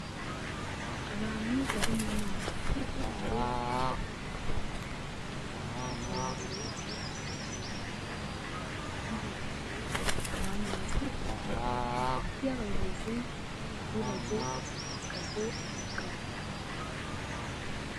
Abantu bari mu nama, abaturage bicaye mu bwatsi, abayobozi bari imbere yabo bicaye ku ntebe kandi imbere yabo hari ameza. Hagati y'abayobozi n'abaturage hahagaze umugabo.